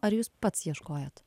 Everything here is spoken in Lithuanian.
ar jūs pats ieškojot